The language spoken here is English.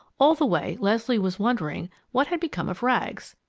all the way, leslie was wondering what had become of rags.